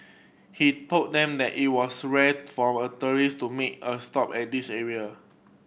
he told them that it was rare for a tourist to make a stop at this area